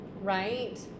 right